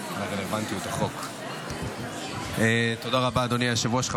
רבה, אדוני היושב-ראש.